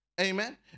Amen